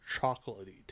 chocolatey